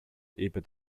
είπε